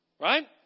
right